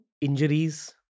injuries